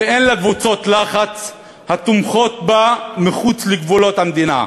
ואין לה קבוצות לחץ התומכות בה מחוץ לגבולות המדינה.